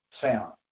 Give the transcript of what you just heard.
sound